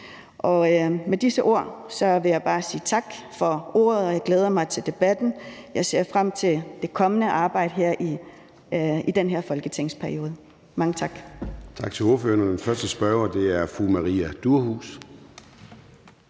Med disse ord vil jeg bare sige tak for ordet. Jeg glæder mig til debatten. Jeg ser frem til det kommende arbejde i den her folketingsperiode. Mange tak.